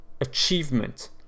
achievement